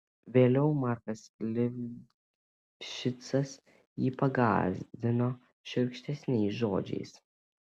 vėliau markas livšicas jį pagąsdino šiurkštesniais žodžiais